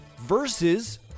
versus